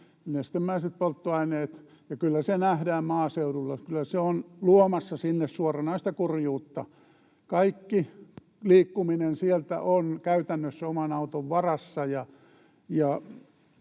nestemäiset polttoaineet. Kyllä se nähdään maaseudulla. Kyllä se on luomassa sinne suoranaista kurjuutta. Kaikki liikkuminen sieltä on käytännössä oman auton varassa,